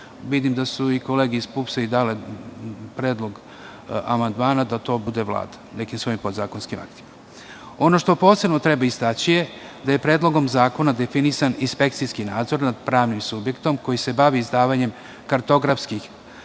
Vidim da su i kolege iz PUPS dale predlog amandmana da to bude Vlada, nekim svojim podzakonskim aktima. Ono što posebno istaći je da je Predlogom zakona definisan inspekcijski nadzor nad pravnim subjektom koji se bavi izdavanjem kartografskih